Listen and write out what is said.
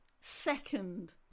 second